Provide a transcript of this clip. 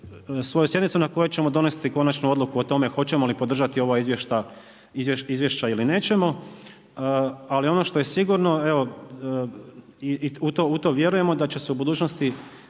svoju sjednicu, na kojem ćemo donesti konačnu odluku o tome, hoćemo li podržati ova izvješća ili nećemo, ali ono što je sigurno i u to vjerujemo, da će se u budućnosti